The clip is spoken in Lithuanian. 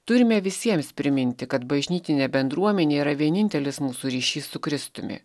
turime visiems priminti kad bažnytinė bendruomenė yra vienintelis mūsų ryšys su kristumi